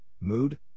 Mood